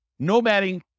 nomading